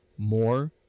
more